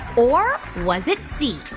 or was it c,